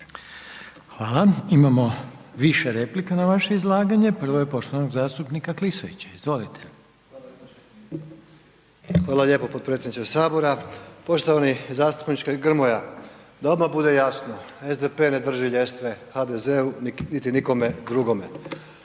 Hvala. Imamo više replika na vaše izlaganje. Prvo je poštovanog zastupnika Klisovića. Izvolite. **Klisović, Joško (SDP)** Hvala lijepo potpredsjedniče Sabora. Poštovani zastupniče Grmoja. Da odmah bude jasno, SDP ne drži ljestve HDZ-u niti ikome drugome.